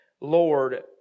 Lord